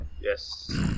Yes